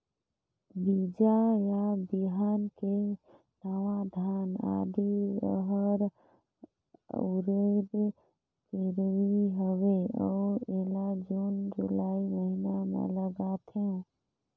बीजा या बिहान के नवा धान, आदी, रहर, उरीद गिरवी हवे अउ एला जून जुलाई महीना म लगाथेव?